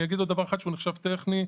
דבר טכני,